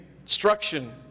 instruction